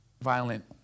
violent